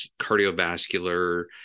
cardiovascular